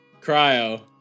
Cryo